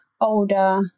older